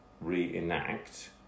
reenact